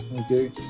Okay